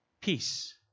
Peace